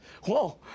whoa